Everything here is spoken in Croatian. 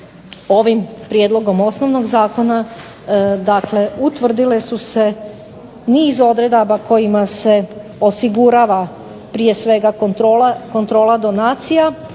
ovim prijedlogom osnovnog zakona dakle utvrdile su se niz odredaba kojima se osigurava prije svega kontrola donacija,